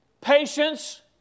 patience